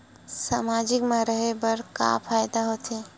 सामाजिक मा रहे बार का फ़ायदा होथे?